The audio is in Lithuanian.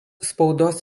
spaudos